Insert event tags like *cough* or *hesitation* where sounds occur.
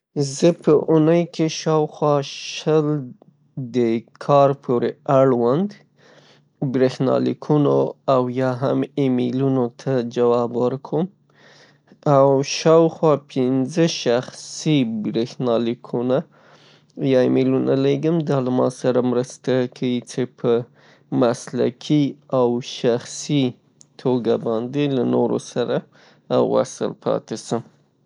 زه په اونۍ کې شل د کار پورې اړوند بریښنالیکونو او یا هم ایمېلونو ته جواب ورکوم. او شاخوا پنځه شخصي بریښنالیکونه یا ایمېلونه لیګم. *hesitation* دا له ماسره مرسته کیی څې په مسلکي او شخصي توګه باندې له نورو سره وصل پاتې سم.